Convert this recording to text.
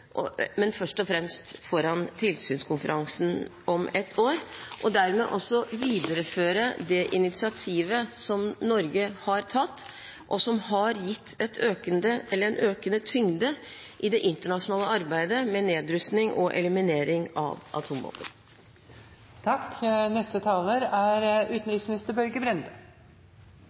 men først og fremst foran tilsynskonferansen om et år – og dermed også videreføre det initiativet som Norge har tatt, og som har gitt en økende tyngde i det internasjonale arbeidet med nedrustning og eliminering av atomvåpen?